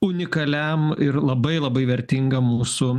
unikaliam ir labai labai vertingam mūsų